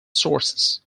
sources